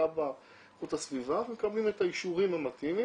כב"א איכות הסביבה ומקבלים את האישורים המתאימים,